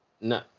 No